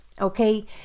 okay